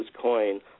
coin